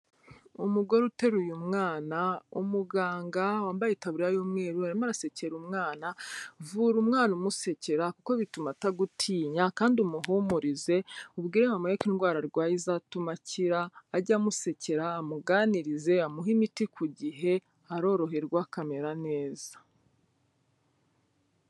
Umugore uteruye umwana, umuganga wambaye itaburiya y'umweru arimo asekera umwana, vura umwana umusekera kuko bituma atagutinya kandi umuhumurize, ubwire mama we ko indwara arwaye izatuma akira, ajye amusekera amuganirize, amuhe imiti ku gihe, aroroherwa akamera neza.